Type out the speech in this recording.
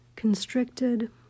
constricted